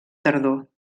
tardor